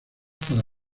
para